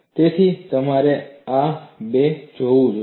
તેથી તમારે આ બે જોવું જોઈએ